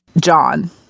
John